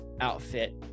outfit